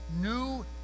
new